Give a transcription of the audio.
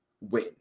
win